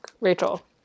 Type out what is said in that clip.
Rachel